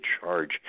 charge